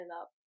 up